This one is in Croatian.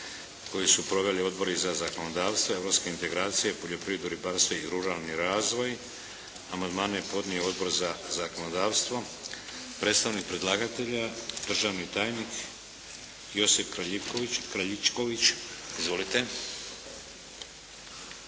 koju su proveli odbori za zakonodavstvo, europske integracije, poljoprivredu, ribarstvo i ruralni razvoj. Amandmane je podnio Odbor za zakonodavstvo. Predstavnik predlagatelja državni tajnik Josip Kraljičković. Izvolite.